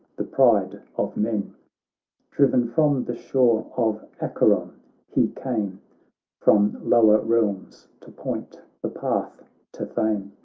the pride of men driven from the shore of acheron he came from lower realms to point the path to fame.